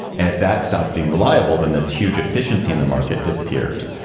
and if that stops being reliable, then this huge efficiency in the market disappears.